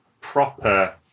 proper